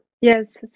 yes